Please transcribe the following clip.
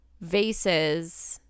vases